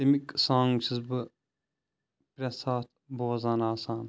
تَمِکۍ سانٛگٕس چھُس بہٕ پرٛٮ۪تھ سات بوزان آسان